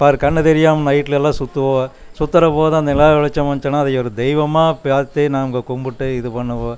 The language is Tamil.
பாரு கண்ணு தெரியாமல் நைட்லலாம் சுத்துவோம் சுற்றுறபோது அந்த நிலா வெளிச்சம் வந்துச்சுனால் அதை ஒரு தெய்வமாக பார்த்து நாங்கள் கும்பிட்டு இது பண்ணுவோம்